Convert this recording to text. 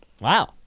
Wow